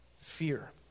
Fear